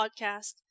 Podcast